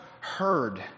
heard